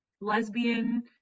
lesbian